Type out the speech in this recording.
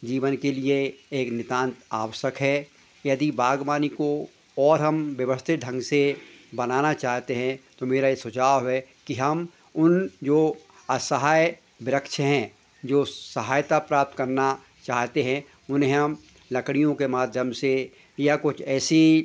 जीवन के लिए एक नितांत आवश्यक है यदि बाग़बानी को और हम व्यवस्थित ढंग से बनाना चाहते हैं तो मेरा यह सुझाव है कि हम उन जो असहाय वृक्ष हैं जो सहायता प्राप्त करना चाहते हैं उन्हें हम लकड़ियों के माध्यम से या कुछ ऐसी